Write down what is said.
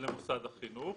למוסד החינוך,